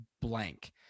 blank